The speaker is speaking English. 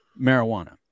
marijuana